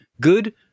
Good